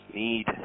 need